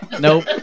Nope